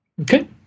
Okay